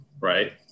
Right